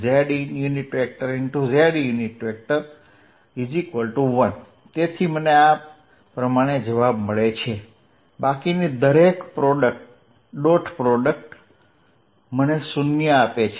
z1 છે તેથી મને આ પ્રમાણે જવાબ મળે છે બાકીની દરેક ડોટ પ્રોડક્ટ મને 0 આપે છે